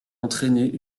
entraîner